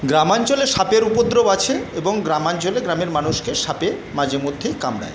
গ্রামাঞ্চলে সাপের উপদ্রব আছে এবং গ্রামাঞ্চলে গ্রামের মানুষকে সাপে মাঝে মধ্যেই কামড়ায়